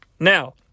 Now